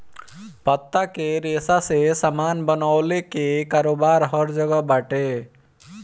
पत्ता के रेशा से सामान बनवले कअ कारोबार हर जगह बाटे